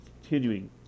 continuing